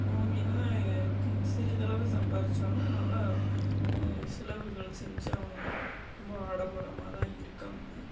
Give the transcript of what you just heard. அவங்க என்ன தான் கிங் சிறிதளவு சம்பாதிச்சாலும் நல்லா செலவுகள் செஞ்சு அவங்க ரொம்ப ஆடம்பரமாக தான் இருக்காங்க